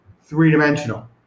three-dimensional